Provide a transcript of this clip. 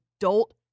adult